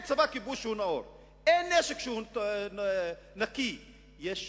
אין צבא כיבוש נאור, אין נשק שהוא נקי, יש